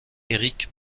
éric